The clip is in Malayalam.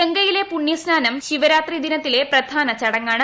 ഗംഗയിലെ പുണ്യസ്നാനം ശിവരാത്രി ദിനത്തിലെ പ്രധാന ചടങ്ങാണ്